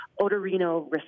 Odorino